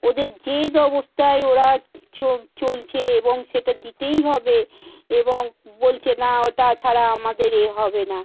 ওদের জেদ অবস্থায় ওরা চলছে এবং সেটা দিতেই হবে এবং বলছে না ওটা ছাড়া আমাদের এ হবে না